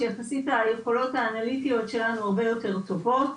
שיחסית היכולות האנליטיות שלנו הרבה יותר טובות.